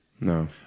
no